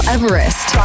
Everest